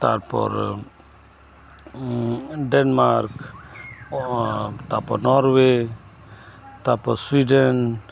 ᱛᱟᱨᱯᱚᱨ ᱰᱮᱱᱢᱟᱨᱠ ᱛᱟᱨᱯᱚᱨ ᱱᱚᱨᱚᱣᱮ ᱛᱟᱨᱯᱚᱨ ᱥᱩᱭᱰᱮᱱ